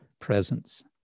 Presence